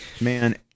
Man